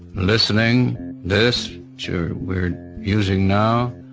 listening this to we're using now,